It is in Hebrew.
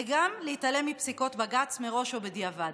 וגם להתעלם מפסיקות בג"ץ מראש ובדיעבד.